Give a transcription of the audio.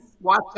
watch